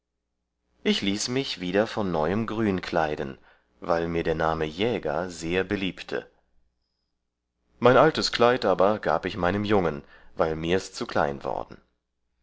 ich ließ mich wieder von neuem grün kleiden weil mir der name jäger sehr beliebte mein altes kleid aber gab ich meinem jungen weil mirs zu klein worden